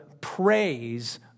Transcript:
praise